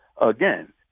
again